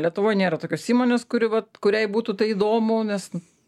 lietuvoj nėra tokios įmonės kuri vat kuriai būtų tai įdomu nes nu